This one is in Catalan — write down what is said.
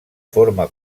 forma